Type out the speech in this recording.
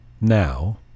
now